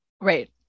Right